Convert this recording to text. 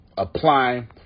Apply